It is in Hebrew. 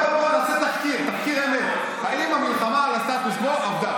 בוא נעשה תחקיר אמת: האם המלחמה על הסטטוס קוו עבדה?